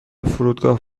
فرودگاه